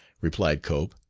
replied cope.